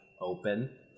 open